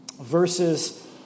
verses